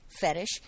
fetish